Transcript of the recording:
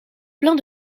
pleins